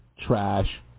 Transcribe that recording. trash